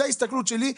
זאת ההסתכלות שלי.